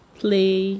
play